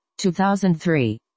2003